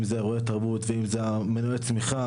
אם זה אירועי תרבות ואם זה מנועי הצמיחה,